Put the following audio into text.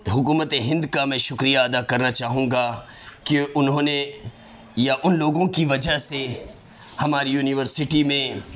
حکومت ہند کا میں شکریہ ادا کرنا چاہوں گا کہ انہوں نے یا ان لوگوں کی وجہ سے ہماری یونیورسٹی میں